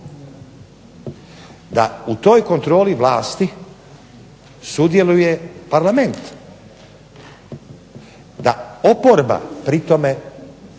da u toj kontroli vlasti sudjeluje parlament, da oporba pri tome